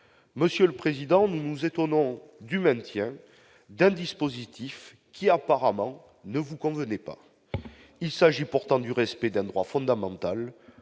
monsieur le président, nous nous étonnons du maintien d'un dispositif qui apparemment ne vous convenait pas, il s'agit pourtant du respect d'un droit fondamental,